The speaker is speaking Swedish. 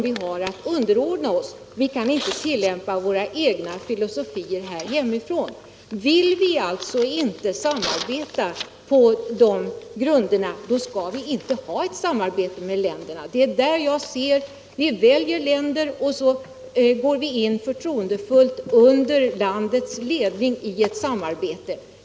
Vi kan inte tillämpa våra egna filosofier. Vill vi inte samarbeta på de grunderna, skall vi inte ha ett samarbete med de länder det gäller. Sedan vi valt länder skall vi förtroendefullt gå in i ett samarbete med ledningen för dessa länder.